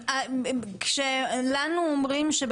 אין ספק שפרצתם את הדרך,